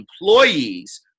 employees